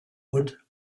und